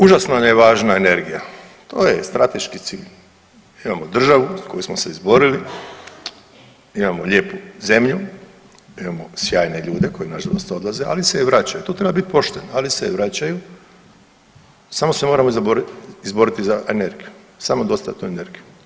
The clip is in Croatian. Užasno nam je važna energija, to je strateški cilj, imamo državu za koju smo se izborili, imamo lijepu zemlju, imamo sjajne ljude koji nažalost odlaze, ali se i vraćaju tu treba biti pošten, ali se i vraćaju samo se moramo izboriti za energiju, samodostatnu energiju.